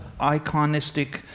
iconistic